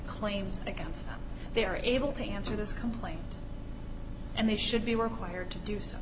claims against they are able to answer this complaint and they should be required to do so